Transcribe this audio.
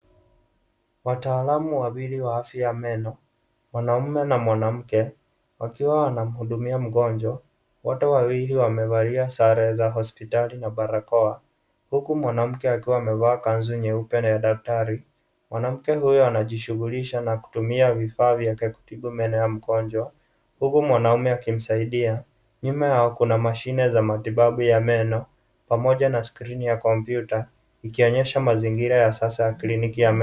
Wataalamu wawili wa afya ya meno, mwanaume na mwanamke wakiwa wanamhudumia mgonjwa. Wote wawili wamevalia sare za hospitali na barakoa huku mwanamke akiwa amevaa kanzu nyeupe na ya daktari. Mwanamke huyo anajishughulisha na kutumia vifaa vya kutibu meno ya mgonjwa huku mwanamume akimsaidia. Nyuma yao kuna mashine za matibabu ya meno pamoja na skrini ya kompyuta ikionyesha mazingira ya sasa kliniki ya meno.